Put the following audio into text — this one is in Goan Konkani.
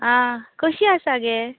आं कशी आसा गे